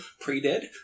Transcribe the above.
Pre-dead